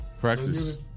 Practice